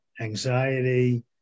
anxiety